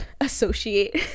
associate